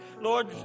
Lord